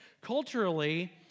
Culturally